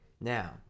Now